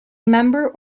member